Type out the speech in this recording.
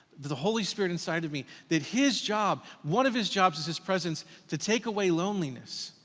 the the holy spirit inside of me, that his job, one of his jobs is his presence to take away loneliness.